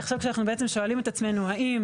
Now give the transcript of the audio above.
עכשיו כשאנחנו בעצם שואלים את עצמנו האם